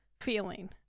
feeling